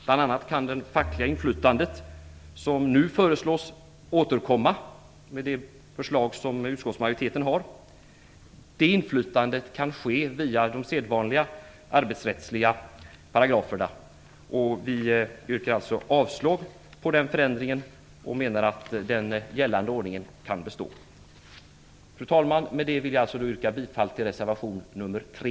Bl.a. kan det fackliga inflytande, som nu föreslås återkomma med utskottsmajoritetens förslag, ske via de sedvanliga arbetsrättsliga paragraferna. Vi yrkar alltså avslag på den förändringen och menar att gällande ordning kan bestå. Fru talman! Med detta yrkar jag bifall till reservation 3.